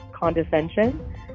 condescension